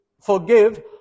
forgive